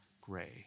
gray